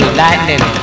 lightning